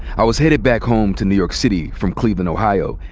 i was headed back home to new york city from cleveland ohio,